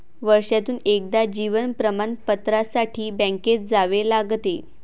वर्षातून एकदा जीवन प्रमाणपत्रासाठी बँकेत जावे लागते